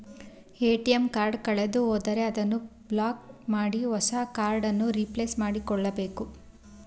ATM card ಕಳೆದುಹೋದರೆ ಅದನ್ನು block ಮಾಡಿ ಹೊಸ ಕಾರ್ಡ್ ಅನ್ನು ರಿಪ್ಲೇಸ್ ಮಾಡಿಸಿಕೊಳ್ಳಬೇಕು